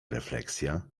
refleksja